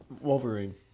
Wolverine